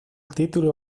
título